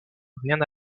rien